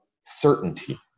certainty